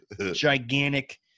Gigantic